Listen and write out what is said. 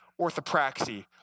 orthopraxy